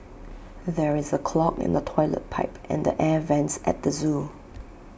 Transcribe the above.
there is A clog in the Toilet Pipe and the air Vents at the Zoo